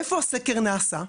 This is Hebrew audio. איפה הסקר נעשה?